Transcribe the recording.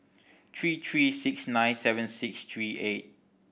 three three six nine seven six three eight